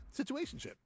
Situationship